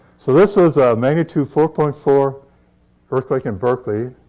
so this is a magnitude four point four earthquake in berkeley.